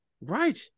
Right